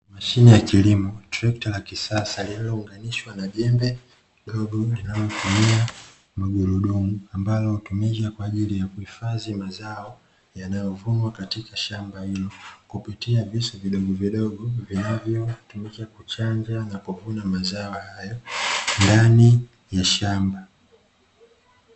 Mashine ya kilimo, Trekta la kisasa lililounganishwa na jembe dogo linalotumia magurudumu, ambalo hutumika kwa ajili ya kuhifadhi mazao, yanayovunwa katika shamba hilo, kupitia visu vidogo vidogo vinavyotumika kuchanja na kuvuna mazao hayo ndani ya shamba.